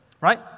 Right